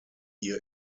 ihr